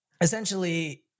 essentially